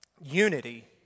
Unity